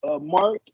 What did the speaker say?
Mark